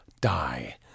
die